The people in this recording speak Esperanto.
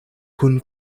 kun